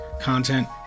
content